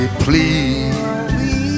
please